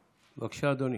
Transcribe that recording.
בבקשה, אדוני.